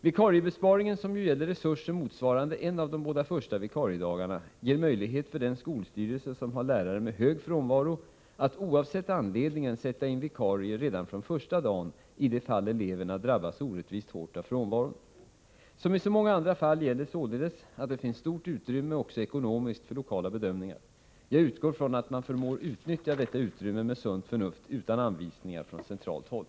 Vikariebesparingen, som ju gäller resurser motsvarande en av de båda första vikariedagarna, ger möjlighet för den skolstyrelse som har lärare med hög frånvaro att, oavsett anledningen, sätta in vikarier redan från första dagen i de fall eleverna drabbas orättvist hårt av frånvaron. Som i så många andra fall gäller således att det finns stort utrymme också ekonomiskt för lokala bedömningar. Jag utgår från att man förmår utnyttja detta utrymme med sunt förnuft utan anvisningar från centralt håll.